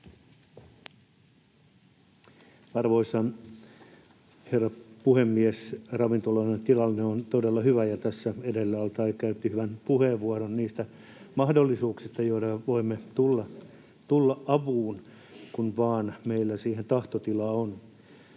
Arvoisa herra puhemies! Ravintoloiden tilanne on todella huono, ja tässä edellä al-Taee käytti hyvän puheenvuoron niistä mahdollisuuksista, joilla voimme tulla apuun, kun vain meillä siihen tahtotila on.